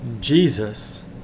Jesus